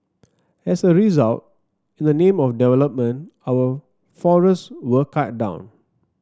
as a result in the name of development our forests were cut down